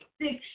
six